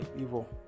evil